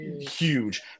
huge